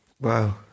wow